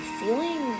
feeling